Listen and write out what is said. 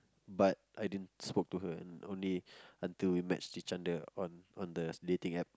but I didn't spoke to her and only until we matched each other on on the dating App